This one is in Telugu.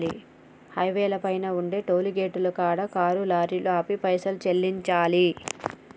హైవేల పైన ఉండే టోలుగేటుల కాడ కారు లారీలు ఆపి పైసలు సెల్లించాలి